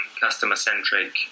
customer-centric